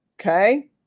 Okay